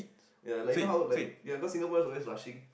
ya like you know how like yeah cause Singaporeans always rushing